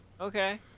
Okay